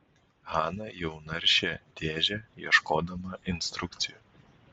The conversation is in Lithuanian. hana jau naršė dėžę ieškodama instrukcijų